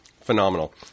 Phenomenal